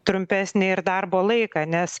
trumpesnį ir darbo laiką nes